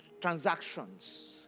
transactions